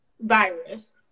virus